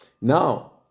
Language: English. Now